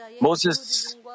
Moses